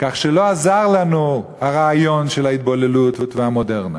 כך שלא עזר לנו הרעיון של ההתבוללות והמודרנה.